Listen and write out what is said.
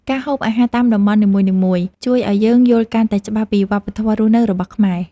ការហូបអាហារតាមតំបន់នីមួយៗ ជួយឱ្យយើងយល់កាន់តែច្បាស់ពីវប្បធម៌រស់នៅរបស់ខ្មែរ។